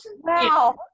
Wow